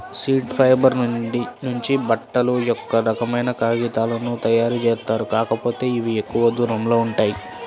seed fibre నుంచి బట్టలు, ఒక రకమైన కాగితాలను తయ్యారుజేత్తారు, కాకపోతే ఇవి ఎక్కువ ధరలో ఉంటాయి